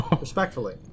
Respectfully